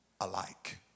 alike